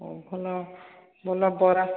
ଭଲ ଭଲ ବରା